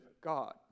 God